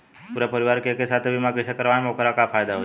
पूरा परिवार के एके साथे बीमा कईसे करवाएम और ओकर का फायदा होई?